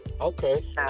Okay